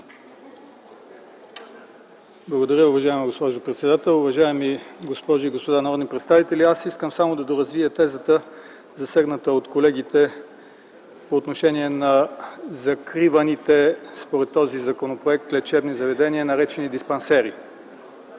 Благодаря, уважаема госпожо председател. Уважаеми госпожи и господа народни представители, искам само да доразвия тезата, засегната от колегите по отношение на закриваните според този законопроект лечебни заведения, наречени диспансери. Без